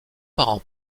parents